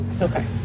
Okay